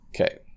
Okay